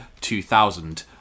2000